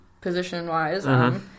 position-wise